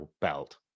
belt